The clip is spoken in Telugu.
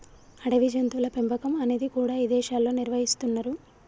అడవి జంతువుల పెంపకం అనేది కూడా ఇదేశాల్లో నిర్వహిస్తున్నరు